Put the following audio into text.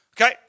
Okay